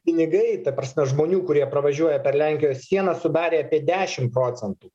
pinigai ta prasme žmonių kurie pravažiuoja per lenkijos sieną sudarė apie dešim procentų